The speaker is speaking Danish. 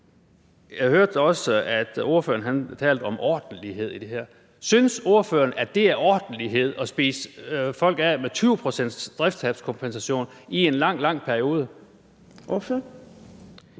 Jeg hørte også, at ordføreren talte om ordentlighed i det her. Synes ordføreren, at det er ordentlighed at spise folk af med en 20-procentsdriftstabskompensation i en lang, lang periode?